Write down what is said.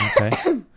Okay